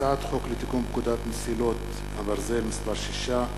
הצעת חוק לתיקון פקודת מסילות הברזל (מס' 6),